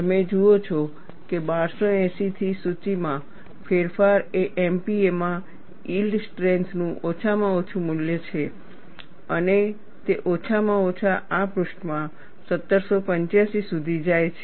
તમે જુઓ છો કે 1280 થી સૂચિમાં ફેરફાર એ MPa માં યીલ્ડ સ્ટ્રેન્થ નું ઓછામાં ઓછું મૂલ્ય છે અને તે ઓછામાં ઓછા આ પૃષ્ઠમાં 1785 સુધી જાય છે